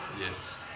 Yes